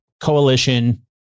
coalition